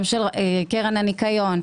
גם של קרן הניקיון.